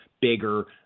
bigger